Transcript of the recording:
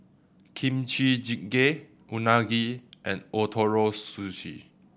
Kimchi Jjigae Unagi and Ootoro Sushi